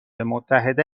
متحده